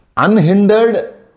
Unhindered